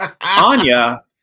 Anya